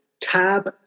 Tab